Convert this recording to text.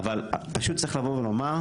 אבל פשוט צריך לבוא ולומר,